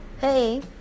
Hey